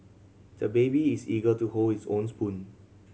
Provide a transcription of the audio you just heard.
the baby is eager to hold his own spoon